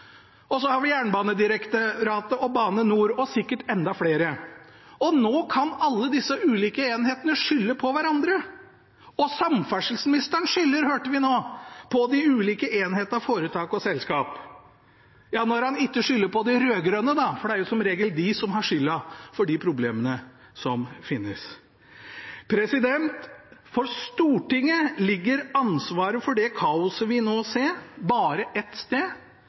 tog. Så har vi Jernbanedirektoratet, Bane NOR og sikkert enda flere. Nå kan alle disse ulike enhetene skylde på hverandre, og samferdselsministeren skylder, hørte vi nå, på de ulike enheter, foretak og selskap – når han ikke skylder på de rød-grønne, da, for det er som regel de som har skylda for de problemene som finnes. For Stortinget ligger ansvaret for det kaoset vi nå ser, bare ett sted,